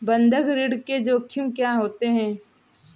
बंधक ऋण के जोखिम क्या हैं?